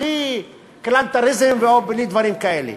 בלי כלנתריזם ובלי דברים כאלה.